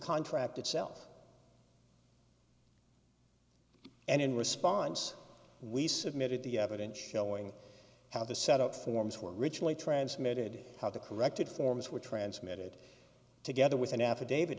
contract itself and in response we submitted the evidence showing how the set up forms were originally transmitted how the corrected forms were transmitted together with an a